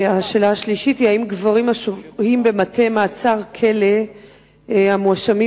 3. האם הגברים השוהים בבתי-מעצר ובכלא המואשמים